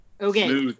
Okay